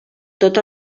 tot